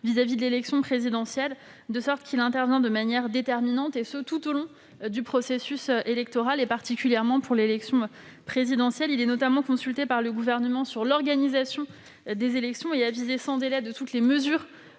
qui concerne l'élection présidentielle. Le Conseil constitutionnel intervient de manière déterminante tout au long du processus électoral et tout particulièrement pour l'élection présidentielle. Il est notamment consulté par le Gouvernement sur l'organisation des élections et avisé sans délai de toutes les mesures